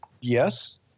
Yes